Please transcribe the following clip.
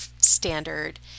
standard